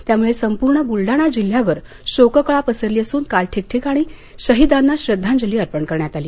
त्यामुळे संपूर्ण बुलढाणा जिल्ह्यावर शोककळा पसरली असून काल ठिकठिकाणी शहिदांना श्रद्धांजली अर्पण करण्यात आली